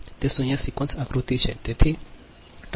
તો એ એ માટે તે શૂન્ય સિક્વન્સ આકૃતિ છે